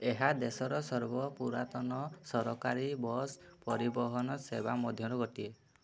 ଏହା ଦେଶର ସର୍ବ ପୁରାତନ ସରକାରୀ ବସ୍ ପରିବହନ ସେବା ମଧ୍ୟରୁ ଗୋଟିଏ